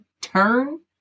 turn